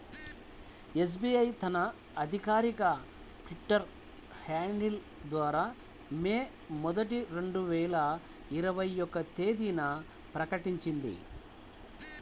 SBI తన అధికారిక Twitter handle ద్వారా మే మొదటి, రెండు వేల ఇరవై ఒక్క తేదీన ప్రకటించింది